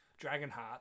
Dragonheart